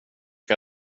ska